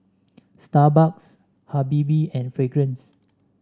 Starbucks Habibie and Fragrance